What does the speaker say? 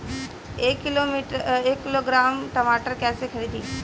एक किलोग्राम टमाटर कैसे खरदी?